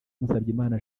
musabyimana